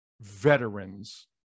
veterans